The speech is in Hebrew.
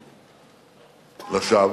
לשווא.